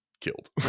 killed